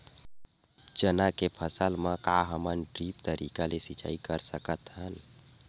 चना के फसल म का हमन ड्रिप तरीका ले सिचाई कर सकत हन?